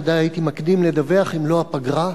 בוודאי הייתי מקדים לדווח אם לא היתה הפגרה,